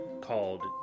called